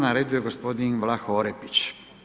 Na redu je gospodin Vlaho Orepić.